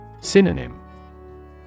Synonym